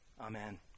amen